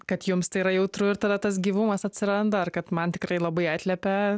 kad jums tai yra jautru ir tada tas gyvumas atsiranda ar kad man tikrai labai atliepia